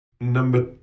Number